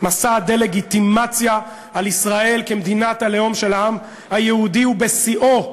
מסע הדה-לגיטימציה של ישראל כמדינת הלאום של העם היהודי הוא בשיאו,